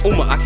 Uma